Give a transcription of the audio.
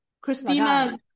Christina